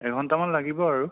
এঘণ্টামান লাগিব আৰু